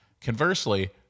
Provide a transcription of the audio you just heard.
Conversely